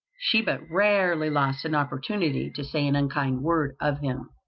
she but rarely lost an opportunity to say an unkind word of him.